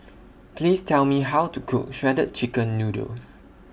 Please Tell Me How to Cook Shredded Chicken Noodles